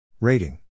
Rating